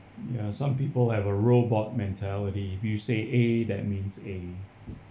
ya some people have a robot mentality if you say A that means A